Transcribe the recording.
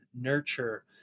nurture